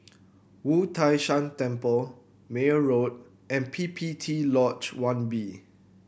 Wu Tai Shan Temple Meyer Road and P P T Lodge One B